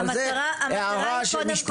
זו הערה משפטית.